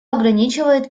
ограничивает